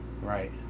Right